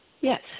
yes